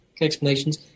explanations